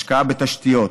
השקעה בתשתיות,